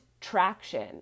traction